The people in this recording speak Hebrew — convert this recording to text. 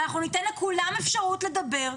ניתן לכולם אפשרות לדבר.